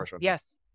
yes